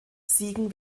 siegen